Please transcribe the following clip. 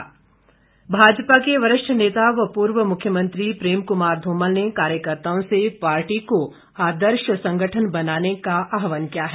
धुमल भाजपा के वरिष्ठ नेता व पूर्व मुख्यमंत्री प्रेम कुमार धूमल ने कार्यकर्त्ताओं से पार्टी को आदर्श संगठन बनाने का आहवान किया है